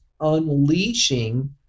unleashing